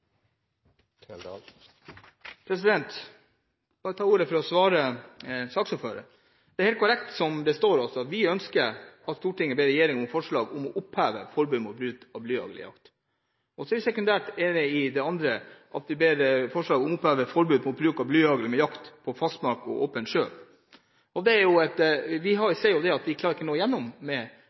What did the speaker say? for bare å svare saksordføreren. Det er helt korrekt som det står. Vi ønsker at Stortinget ber «regjeringen fremme forslag om å oppheve forbud mot bruk av blyhagl til jakt». Sekundært ber vi «regjeringen fremme forslag om å oppheve forbudet mot bruk av blyhagl ved jakt på fastmark og over åpen sjø». Vi ser at vi ikke klarer å nå igjennom med det førstnevnte forslaget, fordi vi er alene om det. Så sier man at Norges Jeger- og Fiskerforbund ikke ønsker dette. Det er – med